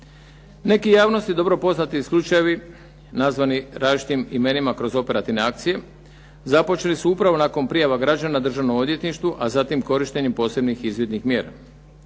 Neki javnosti dobro poznati slučajevi nazvani različitim imenima kroz operativne akcije započeti su upravo nakon prijava građana državnom odvjetništvu a zatim korištenjem posebnih izvidnih mjera.